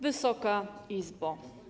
Wysoka Izbo!